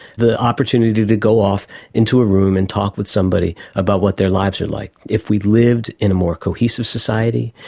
the opportunity to go off into a room and talk with somebody about what their lives are like. if we lived in a more cohesive society,